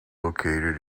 located